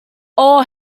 all